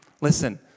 Listen